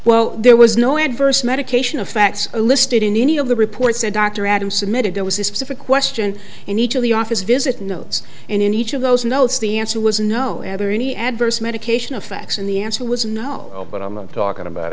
well there was no adverse medication affects listed in any of the reports said dr adams submitted there was a specific question in each of the office visit notes and in each of those notes the answer was no any adverse medication affects the answer was no but i'm not talking about